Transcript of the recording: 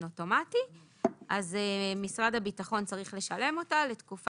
אוטומטי אז משרד הביטחון צריך לשלם אותה לתקופה